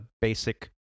basic